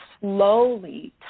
slowly